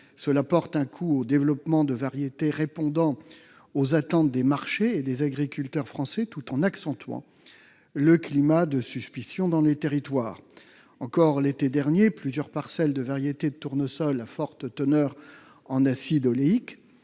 Ils portent un coup au développement de variétés répondant aux attentes des marchés et des agriculteurs français tout en accentuant le climat de suspicion dans les territoires. L'été dernier encore, plusieurs parcelles de variétés de tournesol à forte teneur en acide oléique,